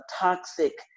toxic